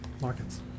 Markets